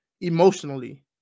emotionally